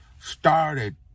started